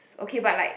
okay but like